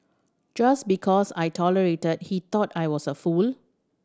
just because I tolerated he thought I was a fool